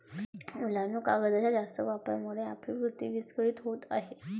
मुलांनो, कागदाच्या जास्त वापरामुळे आपली पृथ्वी विस्कळीत होत आहे